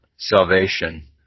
Salvation